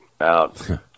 out